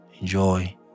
Enjoy